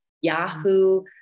Yahoo